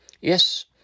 Yes